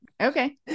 Okay